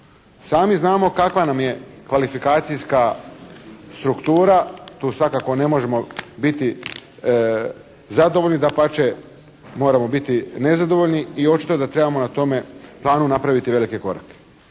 Sami znamo kakva nam je kvalifikacijska struktura, tu svakako ne možemo biti zadovoljni, dapače moramo biti nezadovoljni i očito da trebamo na tome planu napraviti velike korake.